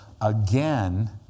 again